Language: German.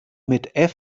mit